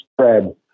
spread